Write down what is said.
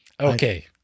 Okay